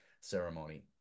ceremony